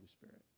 Spirit